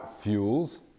fuels